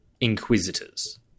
Inquisitors